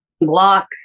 block